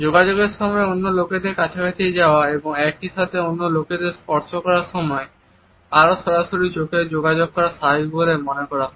যোগাযোগের সময় অন্য লোকেদের কাছাকাছি যাওয়া এবং একই সাথে অন্য লোকেদের স্পর্শ করার সময় আরও সরাসরি চোখের যোগাযোগ করা স্বাভাবিক বলে মনে করা হয়